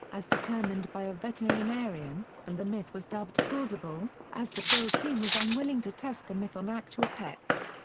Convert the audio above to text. as determined by a veterinarian, and the myth was dubbed plausible, as the build team was unwilling to test the myth on actual pets.